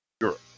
Europe